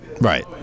Right